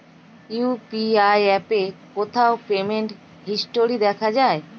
UPI অ্যাপে কোথায় payment history দেখা যায়?